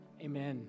Amen